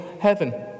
heaven